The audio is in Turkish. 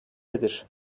nedir